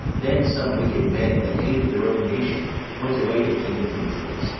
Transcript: then some wicked men that hated their own nation, went away to king demetrius,